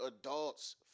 adults